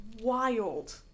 wild